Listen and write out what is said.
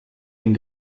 den